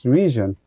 region